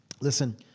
Listen